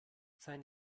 sein